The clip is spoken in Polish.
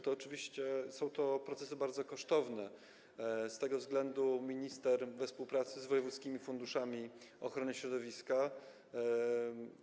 To oczywiście są procesy bardzo kosztowne, z tego względu minister, we współpracy z wojewódzkimi funduszami ochrony środowiska, podjął działania.